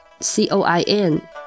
C-O-I-N